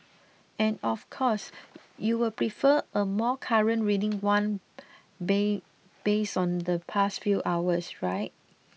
and of course you will prefer a more current reading than one based on the past few hours right